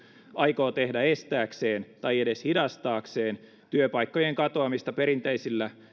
aikoo tehdä estääkseen tai edes hidastaakseen työpaikkojen katoamista perinteisillä